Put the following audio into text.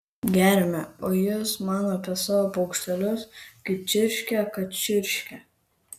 geriame o jis man apie savo paukštelius kad čirškia kad čirškia